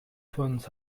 funds